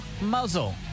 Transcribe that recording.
muzzle